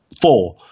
four